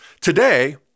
Today